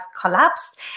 collapsed